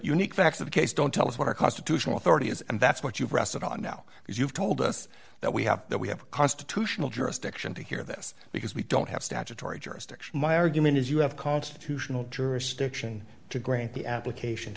unique facts of the case don't tell us what our constitutional authority is and that's what you've rested on now because you've told us that we have that we have a constitutional jurisdiction to hear this because we don't have statutory jurisdiction my argument is you have constitutional jurisdiction to grant the application